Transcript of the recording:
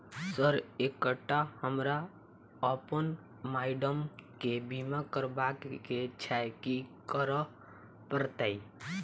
Sir एकटा हमरा आ अप्पन माइडम केँ बीमा करबाक केँ छैय की करऽ परतै?